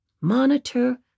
Monitor